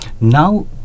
Now